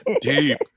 deep